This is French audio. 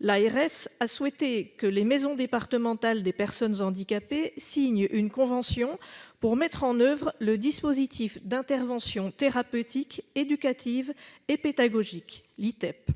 L'ARS a souhaité que les maisons départementales des personnes handicapées (MDPH) signent une convention pour mettre en oeuvre le dispositif d'interventions thérapeutiques, éducatives et pédagogiques (ITEP).